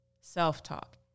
self-talk